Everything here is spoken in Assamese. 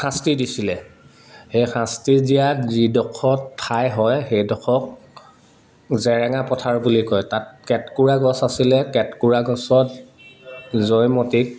শাস্তি দিছিলে সেই শাস্তি দিয়াত যিডোখৰ ঠাই হয় সেইডোখৰক জেৰেঙা পথাৰ বুলি কয় তাত কেটকোৰা গছ আছিলে কেটকোৰা গছত জয়মতীক